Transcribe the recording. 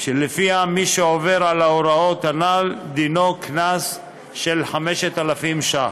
שלפיה מי שעובר על ההוראות הנ"ל דינו קנס של 5,000 ש"ח.